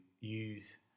use